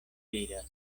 diras